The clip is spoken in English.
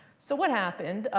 so what happened,